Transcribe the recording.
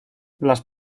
las